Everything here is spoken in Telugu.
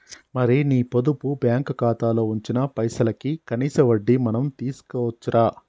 మరి నీ పొదుపు బ్యాంకు ఖాతాలో ఉంచిన పైసలకి కనీస వడ్డీ మనం తీసుకోవచ్చు రా